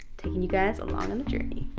taking you guys along in the journey.